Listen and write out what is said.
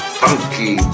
funky